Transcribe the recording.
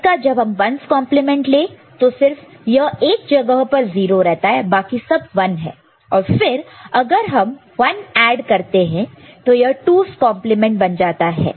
इसका जब हम 1's कंपलीमेंट 1's complement ले तो सिर्फ यह एक जगह पर 0 रहता है बाकी सब 1 है और फिर अगर हम 1 ऐड करते हैं तो यह तो 2's कंपलीमेंट 2's complement बन जाता है